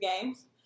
games